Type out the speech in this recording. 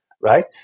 right